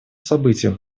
событием